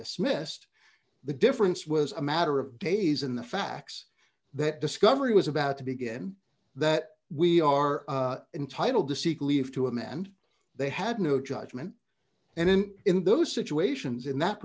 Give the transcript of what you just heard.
dismissed the difference was a matter of days in the facts that discovery was about to begin that we are entitled to seek leave to him and they had no judgment and then in those situations in that